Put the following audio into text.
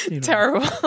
terrible